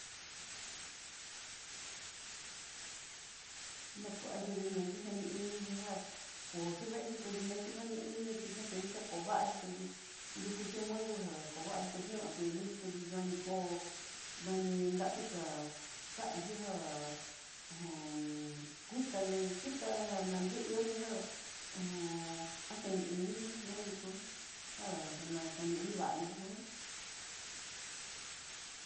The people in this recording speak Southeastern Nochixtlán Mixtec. Nakuachí vinán kixhá ni inixhí já koxhi veexí kudí mexhí ani ini tuña ini kovaxhí kudí nrukuxhi modo já kovaxhí kuñó akuini kuduá danikóo, nadí nraviká tavii xhíja'a ho o on kuitané kuitá já nanre ihóxi já acheneinixí ña nikúja ján nakaneini va'a nixhí nguan.